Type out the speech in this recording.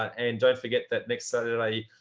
and don't forget that next saturday,